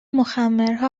مخمرها